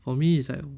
for me is like